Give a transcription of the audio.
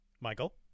Michael